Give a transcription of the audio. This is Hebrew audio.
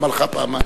למה לך פעמיים?